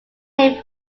named